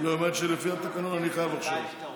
לא, היא אומרת שלפי התקנון אני חייב עכשיו.